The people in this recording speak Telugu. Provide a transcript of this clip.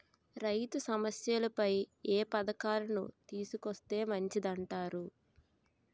రైతు సమస్యలపై ఏ పథకాలను తీసుకొస్తే మంచిదంటారు?